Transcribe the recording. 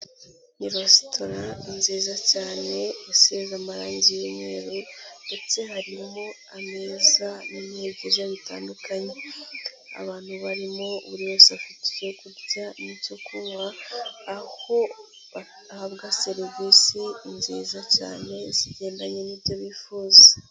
Ni resitora nziza cyane isize amarangi y'umweru ndetse harimo ameza n'intebe byiza bitandukanye, abantu barimo buri wese afite ibyo kurya n'ibyo kunywa aho bahabwa serivisi nziza cyane zigendanye n'ibyo bifuza.